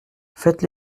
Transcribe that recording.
faites